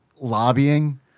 lobbying